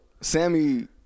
Sammy